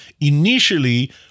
initially